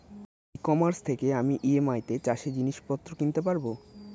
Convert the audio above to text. ই commerce থেকে আমি EMI তে চাষে জিনিসপত্র কিনতে পারব?